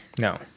no